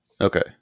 Okay